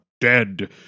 dead